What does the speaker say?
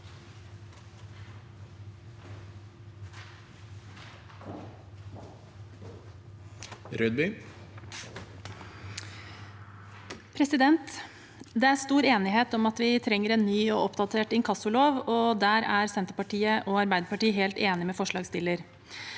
Rødby (Sp) Det er stor enig- het om at vi trenger en ny og oppdatert inkassolov, og der er Senterpartiet og Arbeiderpartiet helt enige med forslagsstillerne.